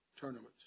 tournaments